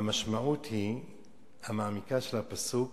המשמעות המעמיקה של הפסוק,